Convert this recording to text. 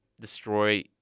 destroy